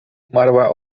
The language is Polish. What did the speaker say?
umarła